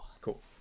cool